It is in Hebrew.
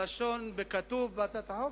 וכתוב בהצעת החוק,